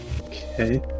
Okay